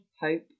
hope